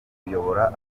kuyobora